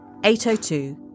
802